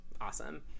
Awesome